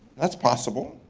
that's possible.